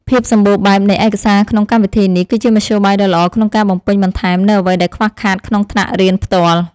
ភាពសម្បូរបែបនៃឯកសារក្នុងកម្មវិធីនេះ គឺជាមធ្យោបាយដ៏ល្អក្នុងការបំពេញបន្ថែមនូវអ្វីដែលខ្វះខាតក្នុងថ្នាក់រៀនផ្ទាល់។